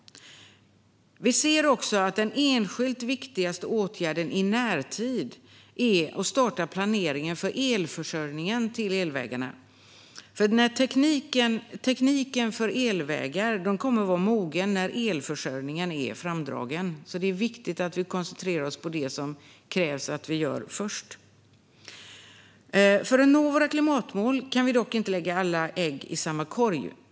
Vi ser också att den enskilt viktigaste åtgärden i närtid är att starta planeringen för elförsörjningen till elvägarna. Tekniken för elvägar kommer att vara mogen när elförsörjningen är framdragen, så det är viktigt att vi koncentrerar oss på det som det krävs att vi gör först. Om vi ska nå våra klimatmål kan vi dock inte lägga alla ägg i samma korg.